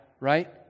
right